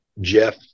Jeff